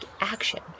action